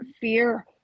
fear